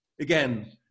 again